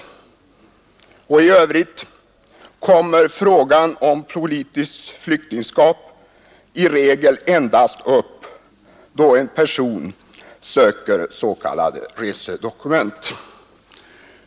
I övrigt kommer frågan om politiskt flyktingskap i regel endast upp då en person söker s.k. resedokument.